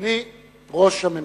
אדוני ראש הממשלה.